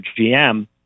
GM